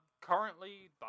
currently